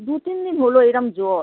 দু তিন দিন হলো এইরকম জ্বর